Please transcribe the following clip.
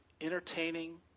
Entertaining